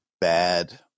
bad